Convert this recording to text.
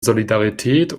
solidarität